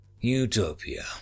Utopia